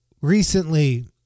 recently